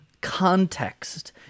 context